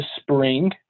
spring